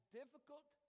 difficult